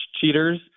cheaters